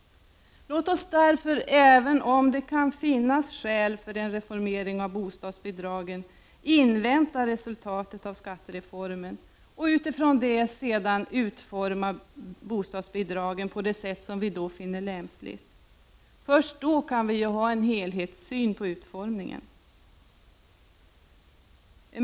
Låt oss därför, även om det kan finnas skäl för en reformering av bostadsbidragen, invänta resultatet av skattereformen och med detta som utgångspunkt utforma bostadsbidragen på det sätt som vi då finner lämpligt. Först då kan vi ha en helhetssyn på utformningen.